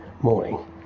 morning